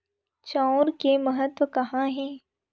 चांउर के महत्व कहां हे?